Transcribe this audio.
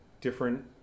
different